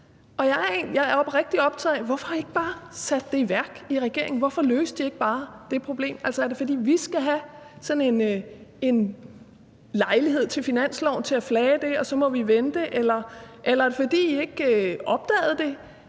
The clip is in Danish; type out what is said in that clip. Jeg er oprigtigt optaget af: Hvorfor har I ikke bare sat det i værk i regeringen? Hvorfor løste I ikke bare det problem? Altså, er det, fordi vi i forbindelse med finansloven skal have sådan en lejlighed til at flage det, og så må vi vente, eller er det, fordi I ikke opdagede det,